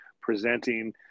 presenting